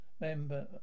member